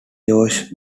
josh